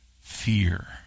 fear